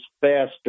faster